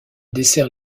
dessert